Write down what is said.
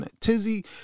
tizzy